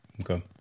Okay